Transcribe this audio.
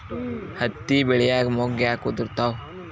ಹತ್ತಿ ಬೆಳಿಯಾಗ ಮೊಗ್ಗು ಯಾಕ್ ಉದುರುತಾವ್?